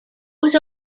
was